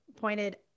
pointed